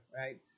right